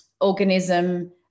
organism